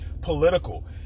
political